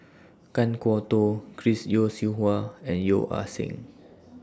Kan Kwok Toh Chris Yeo Siew Hua and Yeo Ah Seng